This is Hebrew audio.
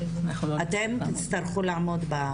אתם תצטרכו לעמוד בזה.